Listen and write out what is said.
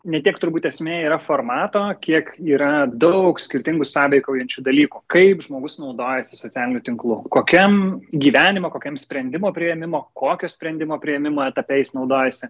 ne tiek turbūt esmė yra formato kiek yra daug skirtingų sąveikaujančių dalykų kaip žmogus naudojasi socialiniu tinklu kokiam gyvenimo kokiam sprendimo priėmimo kokio sprendimo priėmimo etape jis naudojasi